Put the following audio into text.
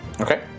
Okay